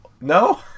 No